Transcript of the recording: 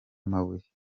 amabuye